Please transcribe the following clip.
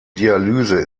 dialyse